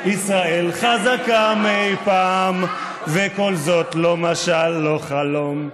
ישראל חזקה מאי פעם, וכל זאת, לא משל לא חלום.